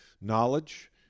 knowledge